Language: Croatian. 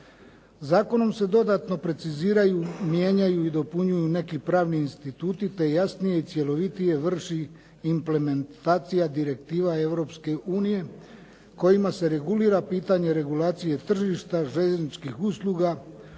Zakonom se dodatno preciziraju, mijenjaju i dopunjuju neki pravni instituti te jasnije i cjelovitije vrši implementacija direktiva Europske unije kojima se regulira pitanje regulacije tržišta željezničkih usluga,